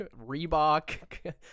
Reebok